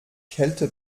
kälte